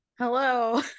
hello